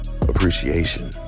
appreciation